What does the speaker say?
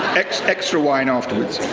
extra extra wine afterwards.